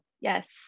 yes